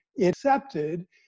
accepted